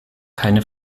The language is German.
keine